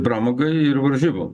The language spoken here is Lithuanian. pramogai ir varžybom